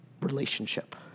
relationship